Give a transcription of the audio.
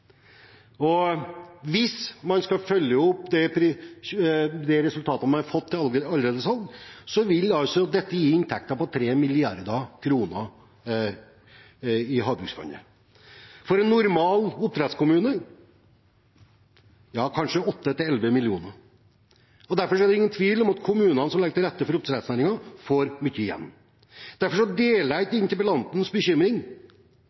Hvis man skal følge opp det resultatet man har fått allerede, vil dette gi inntekter på 3 mrd. kr i Havbruksfondet, for en normal oppdrettskommune kanskje 8–11 mill. kr. Det er ingen tvil om at kommunene som legger til rette for oppdrettsnæringen, får mye igjen. Derfor deler jeg ikke interpellantens bekymring